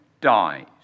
dies